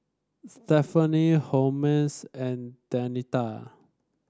Stephani Holmes and Denita